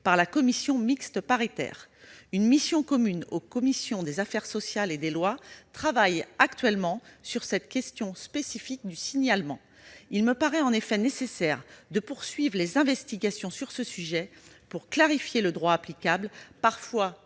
par la commission mixte paritaire. Une mission commune aux commissions des affaires sociales et des lois travaille actuellement sur cette question spécifique du signalement. Il me paraît en effet nécessaire de poursuivre les investigations sur ce sujet pour clarifier le droit applicable, parfois